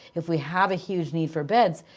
if we have a huge need for beds,